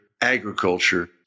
agriculture